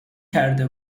کرده